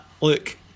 look